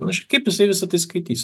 panašiai kaip jisai visa tai atsiskaitys